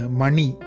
money